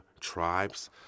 tribes